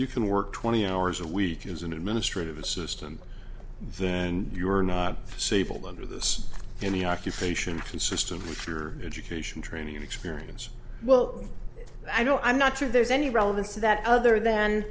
you can work twenty hours a week as an administrative assistant then you are not safe all under this any occupation consistent with your education training and experience well i don't i'm not sure there's any relevance to that other than